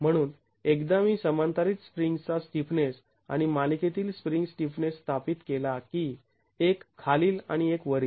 म्हणून एकदा मी समांतरीत स्प्रिंग्ज् चा स्टिफनेस आणि मालिकेतील स्प्रिंग्ज् स्टिफनेस स्थापित केला की एक खालील आणि एक वरील